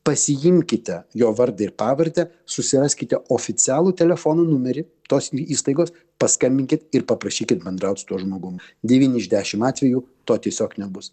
pasiimkite jo vardą ir pavardę susiraskite oficialų telefono numerį tos įstaigos paskambinkit ir paprašykit bendraut su tuo žmogum devyni iš dešim atvejų to tiesiog nebus